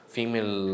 Female